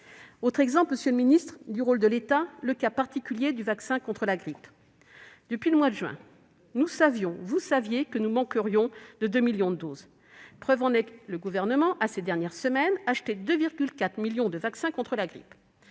de l'État, monsieur le secrétaire d'État : le cas particulier du vaccin contre la grippe. Depuis le mois de juin dernier, nous savions, vous saviez, que nous manquerions de 2 millions de doses. Preuve en est que le Gouvernement a, ces dernières semaines, acheté 2,4 millions de doses de vaccin contre la grippe.